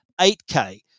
8K